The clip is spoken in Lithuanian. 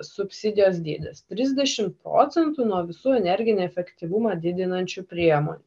subsidijos dydis trisdešim procentų nuo visų energinį efektyvumą didinančių priemonių